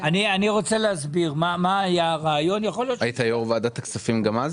אני רוצה להסביר מה היה הרעיון --- היית יו"ר ועדת הכספים גם אז?